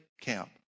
camp